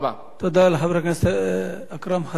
תודה לחבר הכנסת אכרם חסון.